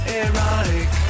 erotic